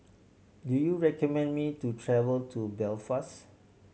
do you recommend me to travel to Belfast